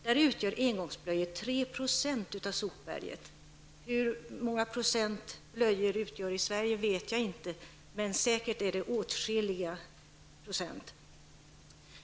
Där utgör engångsblöjorna 3 % av sopberget. Hur många procent blöjorna utgör i Sverige vet jag inte, men säkert är det åtskilliga procent.